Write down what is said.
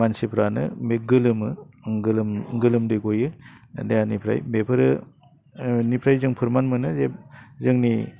मानसिफ्रानो बे गोलोमो गोलोम गोलोमदै गयो देहानिफ्राय बेफोरो बेनिफ्राय जों फोरमान मोनो जे जोंनि